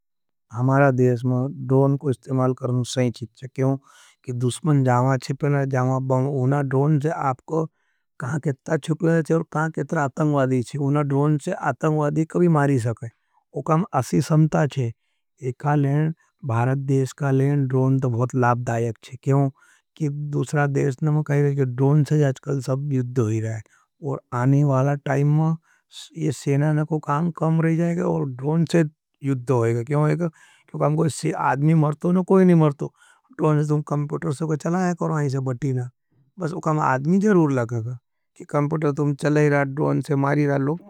हमारा देश में ड्रोन को इस्तेमाल करना सही चीज़ है। क्यों कि दुश्मन जामा चिपना है, जामा बंबना है, उन्हां ड्रोन से आपको कहा किता चुक्ले थे और कहा किता आतंग्वादी थे। उन्हां ड्रोन से आतंग्वादी कभी मारी सके, वो काम अस्सी समता है। एका ले का एकी ड्रोन से जाज़ कल यूद्ध हुई रहा है और आनिवाला टाइम मा ये सेनना को काम कम रही जाएगे। और ड्रोन से यूद्ध हुईगा, क्यों है कि वो काम एका आदमी अदमी मरतो न। कोई नहीं मरतो, ड्रोन से तुम काम टॉर सेदका, चला आ द्रोन से मारी रालो।